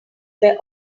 were